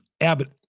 Abbott